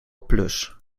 plus